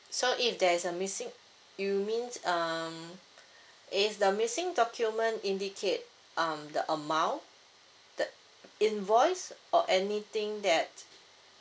so if there's a missing you means um if the missing document indicate um the amount the invoice or anything that